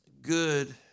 good